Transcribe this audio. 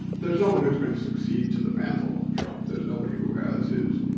there's no one who's gonna succeed to the mantel of trump. there's nobody who has his